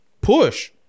push